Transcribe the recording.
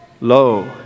lo